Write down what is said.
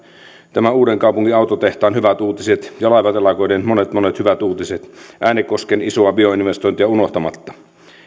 tämän uudenkaupungin autotehtaan hyvät uutiset ja laivatelakoiden monet monet hyvät uutiset äänekosken isoa bioinvestointia unohtamatta